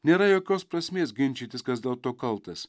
nėra jokios prasmės ginčytis kas dėl to kaltas